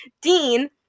Dean